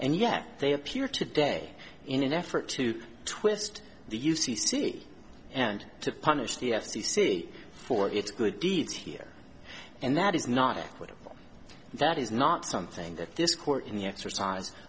and yet they appear today in an effort to twist the u c c and to punish the f c c for its good deeds here and that is not equatable that is not something that this court in the exercise